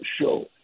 show